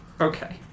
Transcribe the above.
Okay